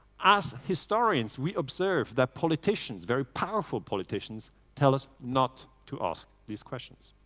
as historians we observe that politicians very powerful politicians tell us not to ask these questions.